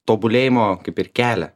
tobulėjimo kaip ir kelią